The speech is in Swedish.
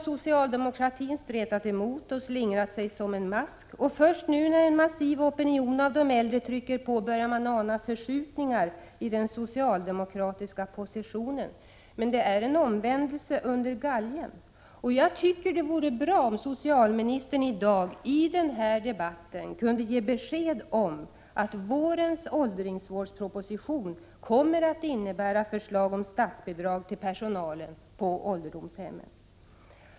Socialdemokratin har stretat emot och slingrat sig som en mask. Först nu, när en massiv opinion av de äldre trycker på, börjar man ana förskjutningar i den socialdemokratiska positionen. Men det är en omvändelse under galgen. Jag tycker det vore bra om socialministern i dag i den här debatten kunde ge besked om att vårens åldringsvårdsproposition kommer att innebära förslag om statsbidrag till personalen på ålderdomshemmen.